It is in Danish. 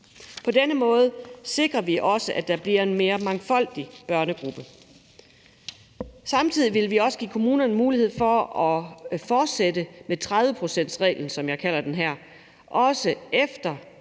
På denne måde sikrer vi også, at der bliver en mere mangfoldig børnegruppe. Samtidig vil vi også give kommunerne mulighed for at fortsætte med 30-procentsreglen, som jeg kalder den her, også efter